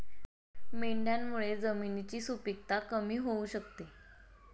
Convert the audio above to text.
मेंढ्यांमुळे जमिनीची सुपीकता कमी होऊ शकते